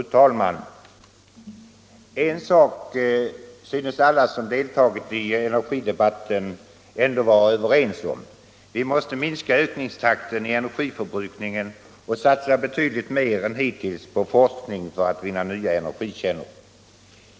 Fru talman! En sak synes alla som deltagit i energidebatten ändå vara överens om: vi måste minska ökningstakten i energiförbrukningen och satsa betydligt mer än hittills på forskning för att finna nya energikällor.